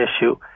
issue